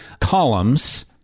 columns